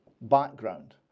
background